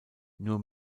nur